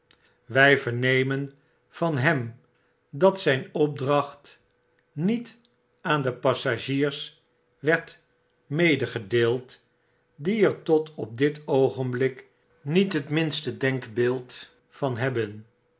wij vernemen van hem dat ztjn opdracht niet aan de passagiers werd medegedeeld die er tot op dit oogenblik niet het minste denkbeeld van hebben